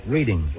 Reading